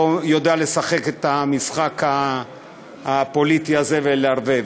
יודע לשחק את המשחק הפוליטי הזה ולערבב.